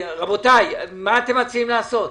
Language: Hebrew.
רבותי, מה אתם מציעים לעשות?